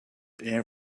air